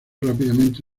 rápidamente